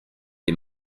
est